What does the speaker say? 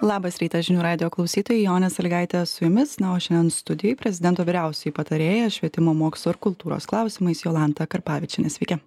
labas rytas žinių radijo klausytojai jonė sąlygaitė su jumis na o šiandien studijoj prezidento vyriausioji patarėja švietimo mokslo ir kultūros klausimais jolanta karpavičienė sveiki